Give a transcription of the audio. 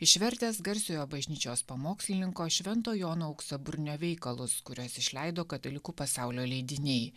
išvertęs garsiojo bažnyčios pamokslininko švento jono auksaburnio veikalus kuriuos išleido katalikų pasaulio leidiniai